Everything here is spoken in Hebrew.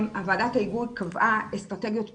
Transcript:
ועדת ההיגוי קבעה אסטרטגיות פעולה.